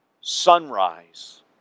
sunrise